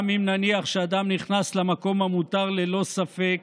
גם אם נניח שאדם נכנס למקום המותר ללא ספק,